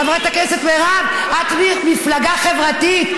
חברת הכנסת מירב, את במפלגה חברתית.